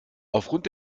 aufgrund